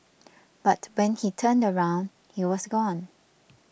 but when he turned around he was gone